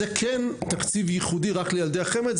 זה כן תקציב ייחודי רק לילדי החמ"ד.